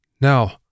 Now